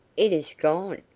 it is gone!